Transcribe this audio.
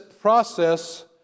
process